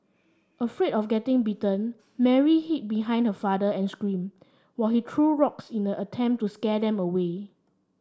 afraid of getting bitten Mary hid behind her father and screamed while he threw rocks in an attempt to scare them away